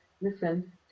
listen